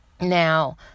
Now